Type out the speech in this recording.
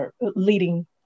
leading